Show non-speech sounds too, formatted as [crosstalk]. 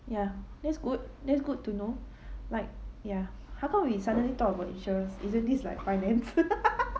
ya that's good that's good to know right ya how come we suddenly talk about insurance isn't this like finance [laughs]